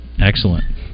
Excellent